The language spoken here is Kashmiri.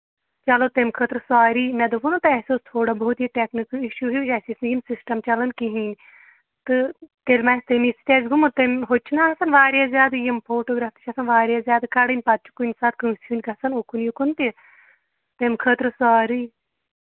چلو تَمہِ خٲطرٕ سارِی مےٚ دوٚپوٕ نا تۄہہِ اَسہِ اوس تھوڑا بہت یہِ ٹیٚکنِکَل اِشوٗ ہیٚوٗ اَسہِ ٲسۍ نہٕ یِم سِسٹَم چَلان کِہیٖنۍ تہٕ تیٚلہِ ما آسہِ تمے سۭتۍ آسہِ گوٚمُت تمہِ ہُتہِ چھُنا آسان واریاہ زیادٕ یِم فوٹوگراف چھِ آسان واریاہ زیادٕ کَڑٕنۍ پَتہٕ چھُ کُنہِ ساتہٕ کٲنٛسہِ ہٕنٛدۍ گژھان اُکُن یُکُن تہِ تَمہِ خٲطرٕ ساری